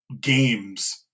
games